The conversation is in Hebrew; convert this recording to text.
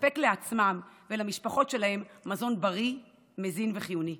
לספק לעצמם ולמשפחות שלהם מזון בריא, מזין וחיוני.